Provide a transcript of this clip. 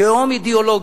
תהום אידיאולוגית.